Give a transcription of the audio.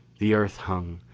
the earth hung,